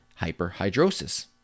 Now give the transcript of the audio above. hyperhidrosis